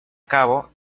cabo